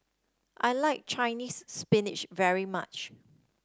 I like Chinese's spinach very much